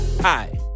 Hi